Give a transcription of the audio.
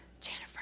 Jennifer